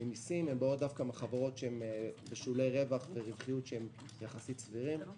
ממסים באות דווקא מחברות שהן בשולי רווח ורווחיות שהם סבירים יחסית.